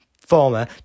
former